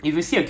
uh